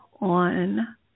On